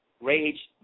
rage